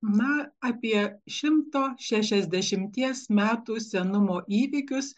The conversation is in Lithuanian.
na apie šimto šešiasdešimties metų senumo įvykius